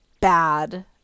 bad